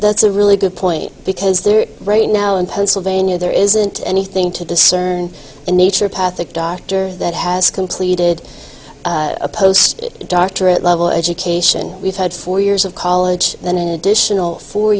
that's a really good point because there right now in pennsylvania there isn't anything to discern in nature path that dr that has completed a post doctorate level education we've had four years of college an additional four